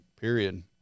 period